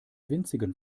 winzigen